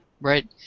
Right